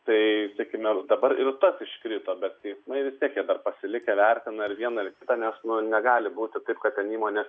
tai sakykime dabar ir tas iškrito bet teismai vis tiek jie dar pasilikę vertina ir vieną ir kitą nes nu negali būti taip kad ten įmonė